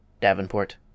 Davenport